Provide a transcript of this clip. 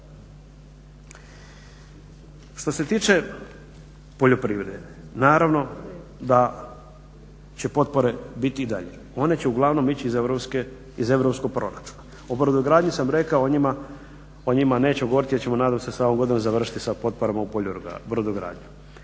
Što se tiče poljoprivrede naravno da će potpore biti i dalje. One će uglavnom ići iz europskog proračuna. O brodogradnji sam rekao, o njima neću govoriti jer ćemo nadam se sa ovom godinom završiti sa potporama u brodogradnji.